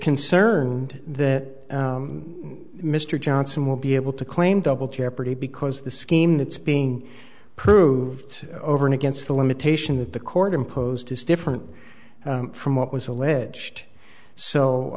concerned that mr johnson will be able to claim double jeopardy because the scheme that's being proved over and against the limitation that the court imposed is different from what was alleged so